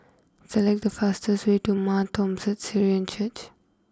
select the fastest way to Mar Thoma Syrian Church